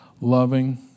loving